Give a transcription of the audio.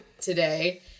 today